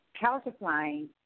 calcifying